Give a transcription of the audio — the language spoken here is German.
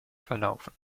verlaufen